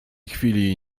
chwili